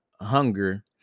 hunger